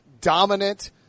dominant